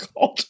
God